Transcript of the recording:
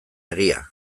egia